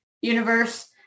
universe